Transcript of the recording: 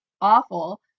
awful